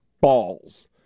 balls